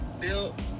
built